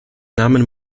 namen